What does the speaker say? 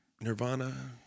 Nirvana